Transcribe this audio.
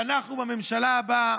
ואנחנו, בממשלה הבאה,